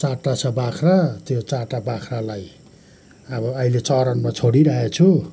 चारवटा छ बाख्रा त्यो चारवटा बाख्रालाई अब अहिले चरनमा छोडिराखेको छु